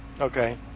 Okay